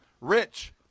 Rich